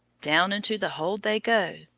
down into the hold they go,